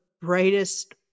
brightest